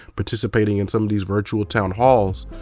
participating in some of these virtual town halls.